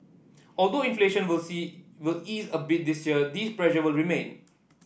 although inflation will say will ease a bit this year these pressure will remain